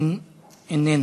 איננה.